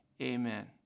Amen